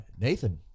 Nathan